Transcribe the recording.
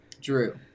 Drew